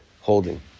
holding